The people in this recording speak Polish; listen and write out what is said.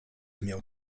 miał